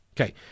Okay